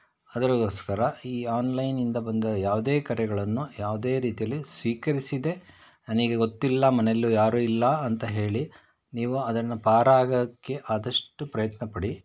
ಅದರಗೋಸ್ಕರ ಈ ಆನ್ಲೈನಿಂದ ಬಂದ ಯಾವುದೇ ಕರೆಗಳನ್ನು ಯಾವುದೇ ರೀತಿಯಲ್ಲಿ ಸ್ವೀಕರಿಸದೆ ನನಗೆ ಗೊತ್ತಿಲ್ಲ ಮನೆಯಲ್ಲು ಯಾರೂ ಇಲ್ಲ ಅಂತ ಹೇಳಿ ನೀವು ಅದನ್ನು ಪಾರಾಗೋಕ್ಕೆ ಆದಷ್ಟು ಪ್ರಯತ್ನ ಪಡಿ